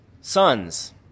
Sons